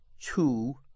two